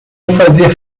fazer